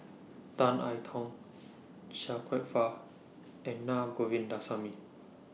Tan I Tong Chia Kwek Fah and Na Govindasamy